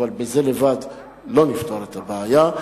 אבל בזה לבד לא נפתור את הבעיה.